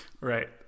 Right